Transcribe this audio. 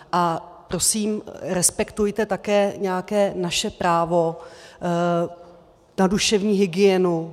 A prosím, respektujte také nějaké naše právo na duševní hygienu.